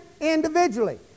individually